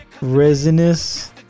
resinous